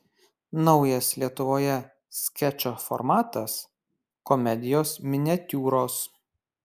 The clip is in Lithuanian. naujas lietuvoje skečo formatas komedijos miniatiūros